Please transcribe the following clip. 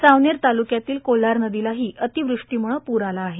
सावनेर तालुक्यातील कौल्हार नदीलाही अतिवृष्टीमुळे पूर आला आहे